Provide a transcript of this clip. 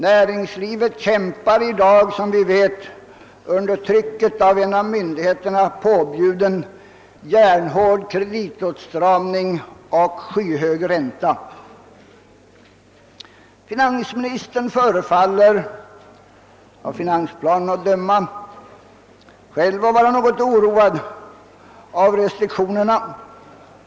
Näringslivet arbetar i dag, som vi vet, under trycket av en av myndigheterna påbjuden järnhård kreditåtstramning och en skyhög ränta. Finansministern förefaller, av finansplanen att döma, själv vara ganska oroad av restriktionerna.